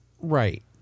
right